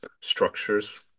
structures